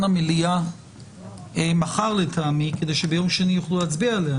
המליאה מחר כדי שביום שני יוכלו להצביע עליה.